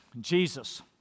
Jesus